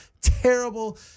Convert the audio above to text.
terrible